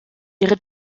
ihre